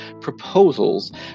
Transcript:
proposals